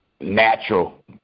natural